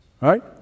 Right